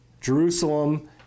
Jerusalem